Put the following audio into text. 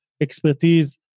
expertise